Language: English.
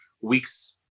weeks